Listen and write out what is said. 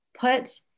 put